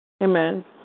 Amen